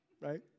Right